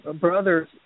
brother's